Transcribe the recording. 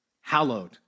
Hallowed